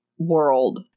world